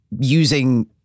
using